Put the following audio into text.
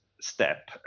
step